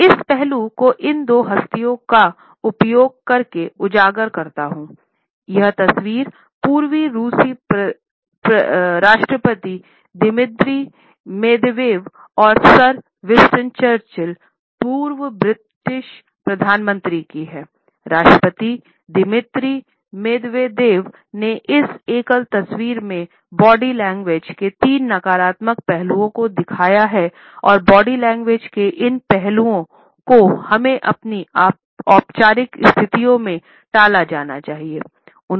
इस पहलू को इन दो हस्तियों का उपयोग करके उजागर करता हूँ वह तस्वीर पूर्व रूसी राष्ट्रपति दिमित्री मेदवेदेव ने इस एकल तस्वीर में बॉडी लैंग्वेज के तीन नकारात्मक पहलुओं को दिखाया है और बॉडी लैंग्वेज के इन पहलुओं हमें अपनी औपचारिक स्थितियों में टाला जाना चाहिए